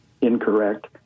incorrect